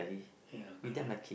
ya correct